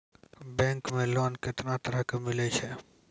Bank मे loan कैतना तरह के मिलै छै?